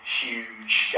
huge